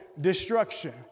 destruction